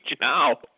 now